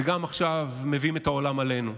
וגם עכשיו מביאים את העולם עלינו.